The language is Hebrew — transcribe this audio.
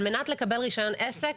על מנת לקבל רישיון עסק,